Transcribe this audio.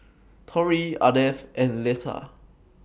Torry Ardeth and Letha